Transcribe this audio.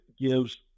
gives